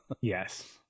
Yes